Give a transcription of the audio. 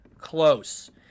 close